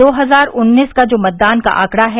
दो हजार उन्नीस का ये जो मतदान का आंकड़ा है